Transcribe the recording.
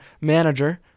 manager